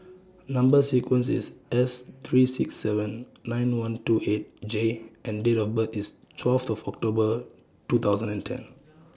Number sequence IS S three six seven nine one two eight J and Date of birth IS twelve of October two thousand and ten